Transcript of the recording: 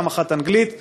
פעם אחת אנגלית,